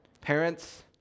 Parents